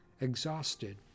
Exhausted